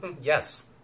Yes